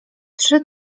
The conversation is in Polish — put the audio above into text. trzy